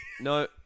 No